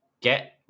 Get